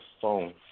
phone